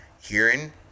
hearing